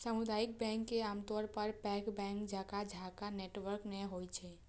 सामुदायिक बैंक के आमतौर पर पैघ बैंक जकां शाखा नेटवर्क नै होइ छै